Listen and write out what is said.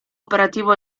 operativo